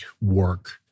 work